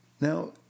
Now